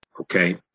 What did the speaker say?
Okay